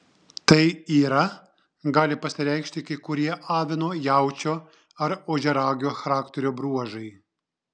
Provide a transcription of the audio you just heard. tai yra gali pasireikšti kai kurie avino jaučio ar ožiaragio charakterio bruožai